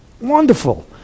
wonderful